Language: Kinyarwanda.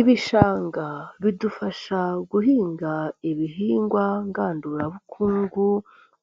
Ibishanga bidufasha guhinga ibihingwa ngandurabukungu,